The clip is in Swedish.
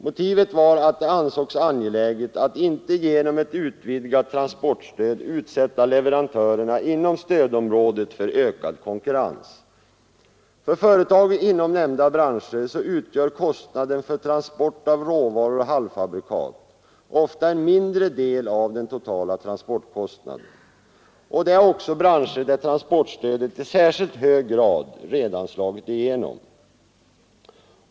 Motivet var att det ansågs angeläget att inte genom ett utvidgat transportstöd utsätta leverantörerna inom stödområdet för ökad konkurrens, För företag inom nämnda branscher utgör kostnaden för transport av råvaror och halvfabrikat ofta en mindre del av den totala transportkostnaden. Det är också branscher där transportstödet i särskild hög grad redan slagit igenom.